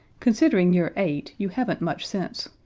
considering you're eight, you haven't much sense.